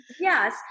Yes